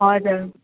हजुर